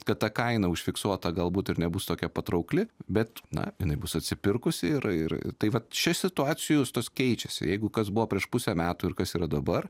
kad ta kaina užfiksuota galbūt ir nebus tokia patraukli bet na jinai bus atsipirkusi ir ir tai vat čia situacijos tos keičiasi jeigu kas buvo prieš pusę metų ir kas yra dabar